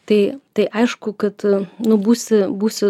tai tai aišku kad nu būsi būsi